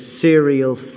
serial